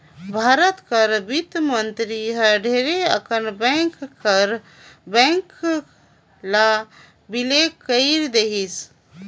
भारत कर बित्त मंतरी हर ढेरे अकन बेंक ल बिले कइर देहिस